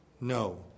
No